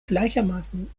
gleichermaßen